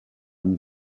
une